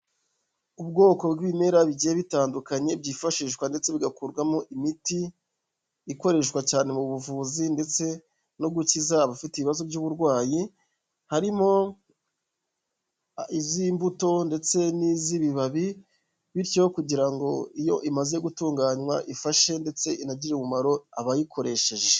Ubwoko bw'ibimera bigiye bitandukanye byifashishwa ndetse bigakurwamo imiti, ikoreshwa cyane mu buvuzi ndetse no gukiza abafite ibibazo by'uburwayi, harimo iz'imbuto ndetse n'iz'ibibabi, bityo kugira ngo iyo imaze gutunganywa ifashe ndetse inagirerire umumaro abayikoresheje.